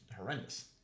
horrendous